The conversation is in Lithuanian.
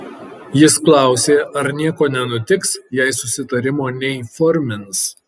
jis klausė ar nieko nenutiks jei susitarimo neįformins